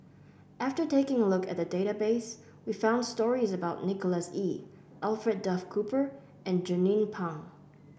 after taking a look at the database we found stories about Nicholas Ee Alfred Duff Cooper and Jernnine Pang